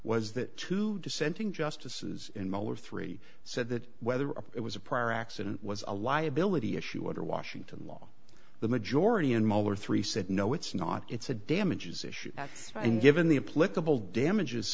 was that two dissenting justices in miller three said that whether it was a prior accident was a liability issue under washington law the majority in muller three said no it's not it's a damages issue and given the a political damages